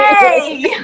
Yay